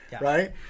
right